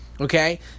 Okay